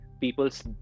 people's